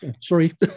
Sorry